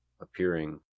appearing